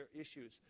issues